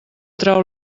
trau